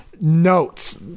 notes